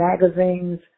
magazines